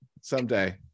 someday